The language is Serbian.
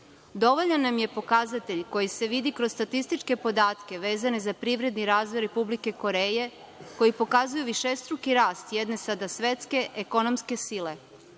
Dovoljan nam je pokazatelj koji se vidi kroz statističke podatke vezane za privredni razvoj Republike Koreje koji pokazuju višestruki rast, jedne sada svetske ekonomske sile.